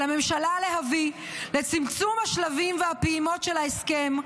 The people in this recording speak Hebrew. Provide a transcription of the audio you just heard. על הממשלה להביא לצמצום השלבים והפעימות של ההסכם,